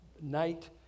night